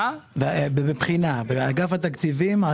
באגף התקציבים,